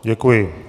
Děkuji.